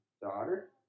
daughter